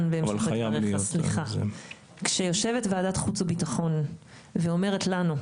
בהמשך דבריך: כשיושבת ועדת החוץ והביטחון ואומרת לנו,